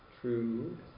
true